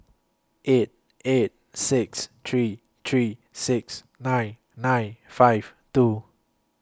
eight eight six three three six nine nine five two